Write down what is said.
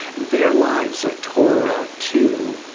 their lives are torah too,